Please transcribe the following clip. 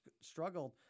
struggled